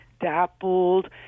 dappled